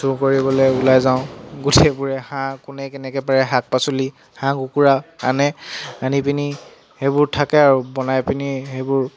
চুৰ কৰিবলৈ ওলাই যাওঁ গোটেইবোৰে হাঁহ কোনে কেনেকৈ পাৰে শাক পাচলি হাঁহ কুকুৰা আনে আনি পিনি সেইবোৰ থাকে আৰু বনাই পিনি সেইবোৰ